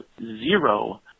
Zero